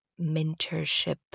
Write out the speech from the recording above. mentorship